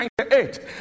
1998